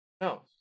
no